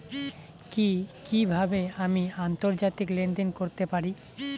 কি কিভাবে আমি আন্তর্জাতিক লেনদেন করতে পারি?